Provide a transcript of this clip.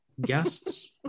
guests